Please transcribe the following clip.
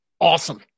awesome